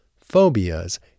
Phobias